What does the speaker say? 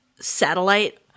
satellite